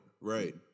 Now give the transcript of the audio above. right